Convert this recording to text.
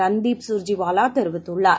ரன்தீப் கர்ஜி வாவாதெரிவித்துள்ளார்